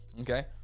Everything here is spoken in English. okay